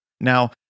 Now